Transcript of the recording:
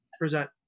present